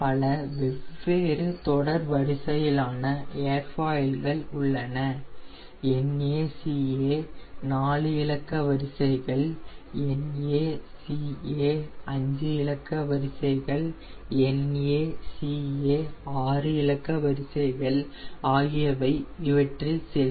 பல வெவ்வேறு தொடர் வரிசையிலான ஏர்ஃபாயில்கள் உள்ளன NACA 4 இலக்க வரிசைகள் NACA 5 இலக்க வரிசைகள் NACA 6 இலக்க வரிசைகள் ஆகியவை இவற்றில் சில